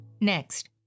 Next